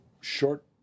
short